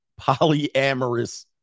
polyamorous